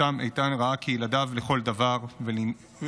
שאותם איתן ראה כילדיו לכל דבר ועניין,